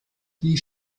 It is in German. die